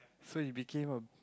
so you became a